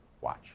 Watch